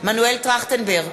מנואל טרכטנברג,